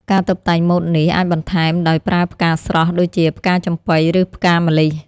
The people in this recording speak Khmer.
ការតុបតែងម៉ូតនេះ អាចបន្ថែមដោយប្រើផ្កាស្រស់ ដូចជាផ្កាចំប៉ី ឬផ្កាម្លិះ។